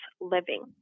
living